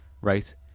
Right